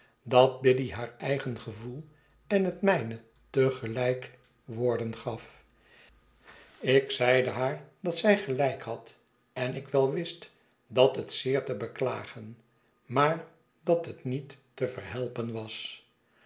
kunnen vertrouwen eigen gevoel en net mijne te gelijk woorden gat ik zeide haar dat zij gelijk had en ik wel wist dat net zeer te beklagen rnaar dat het niet te verhelpen was